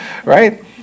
right